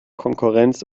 konkurrenz